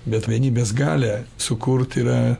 bet vienybės galią sukurt yra